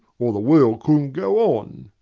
or the world couldn't go on.